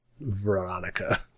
Veronica